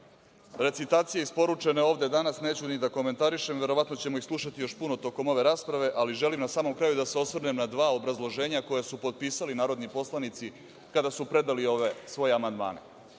dva. Recitacije isporučene ovde danas neću ni da komentarišem, verovatno ćemo ih slušati još puno tokom ove rasprave, ali želim na samom kraju da se osvrnem na dva obrazloženja koja su potpisali narodni poslanici kada su predali ove svoje amandmane. Na